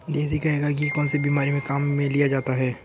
देसी गाय का घी कौनसी बीमारी में काम में लिया जाता है?